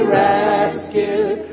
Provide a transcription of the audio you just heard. rescued